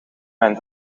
mijn